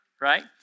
right